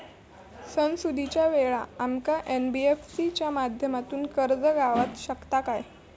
सणासुदीच्या वेळा आमका एन.बी.एफ.सी च्या माध्यमातून कर्ज गावात शकता काय?